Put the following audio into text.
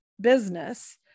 business